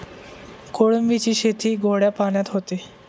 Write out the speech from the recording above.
कोळंबीची शेती गोड्या पाण्यात होते